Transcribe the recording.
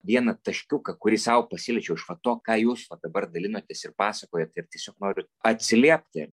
vieną taškiuką kurį sau pasiliečiau iš va to ką jūs dabar dalinotės ir pasakojot ir tiesiog noriu atsiliepti